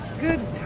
Good